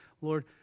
Lord